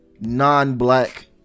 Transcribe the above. non-black